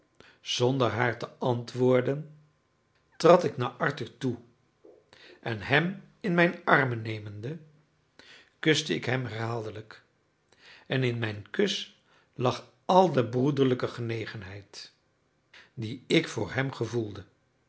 zonder haar te antwoorden trad ik naar arthur toe en hem in mijn armen nemende kuste ik hem herhaaldelijk en in mijn kus lag al de broederlijke genegenheid die ik voor hem gevoelde